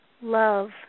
love